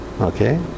okay